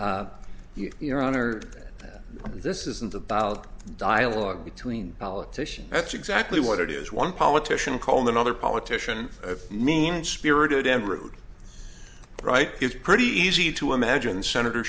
that this isn't about dialogue between politicians that's exactly what it is one politician called another politician a mean spirited and rude right it's pretty easy to imagine senator